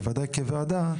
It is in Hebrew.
בוודאי כוועדה,